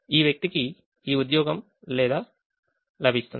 ఈ వ్యక్తికి ఈ ఉద్యోగం లేదా లభిస్తుంది